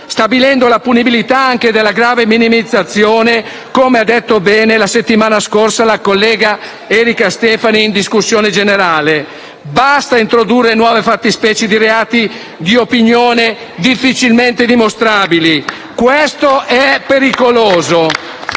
stabilendo la punibilità anche della grave minimizzazione, come ha detto bene la settimana scorsa la collega Erika Stefani in discussione generale. Basta introdurre nuove fattispecie di reati di opinione difficilmente dimostrabili. *(Applausi